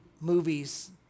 movies